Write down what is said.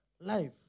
life